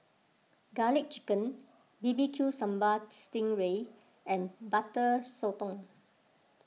Garlic Chicken B B Q Sambal Sting Ray and Butter Sotong